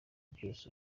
byose